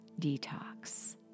detox